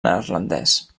neerlandès